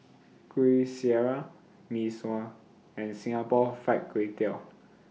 Kuih Syara Mee Sua and Singapore Fried Kway Tiao